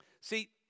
See